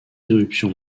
irruption